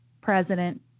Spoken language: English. President